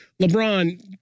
LeBron